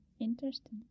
Interesting